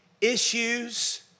issues